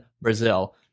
Brazil